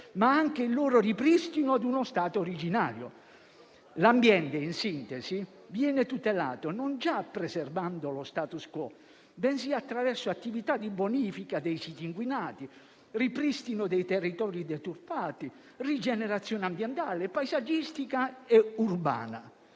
ma anche il loro ripristino a uno stato originario. L'ambiente, in sintesi, viene tutelato non già preservando lo *status quo*, bensì attraverso attività di bonifica dei siti inquinati, ripristino dei territori deturpati e rigenerazione ambientale, paesaggistica e urbana.